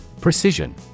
Precision